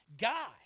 guy